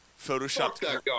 Photoshopped